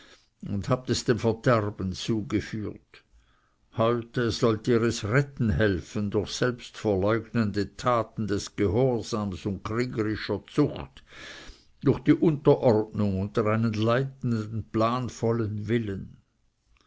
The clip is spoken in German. und habt es dem verderben zugeführt heute sollt ihr es retten helfen durch selbstverleugnende taten des gehorsams und kriegerischer zucht durch die unterordnung unter einen leitenden planvollen willen